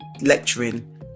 lecturing